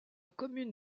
commune